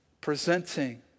presenting